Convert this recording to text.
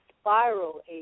spiral